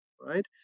right